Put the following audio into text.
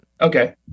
Okay